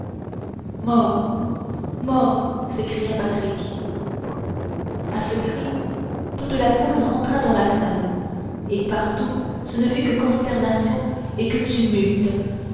mort mort s'écria patrick à ce cri toute la foule rentra dans la salle et partout ce ne fut que consternation et que tumulte